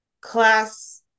class